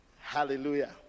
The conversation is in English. Hallelujah